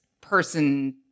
person